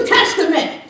Testament